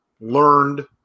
learned